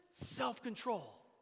self-control